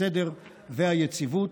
הסדר והיציבות,